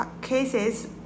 cases